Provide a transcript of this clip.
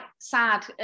sad